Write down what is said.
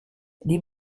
les